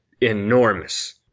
enormous